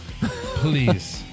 Please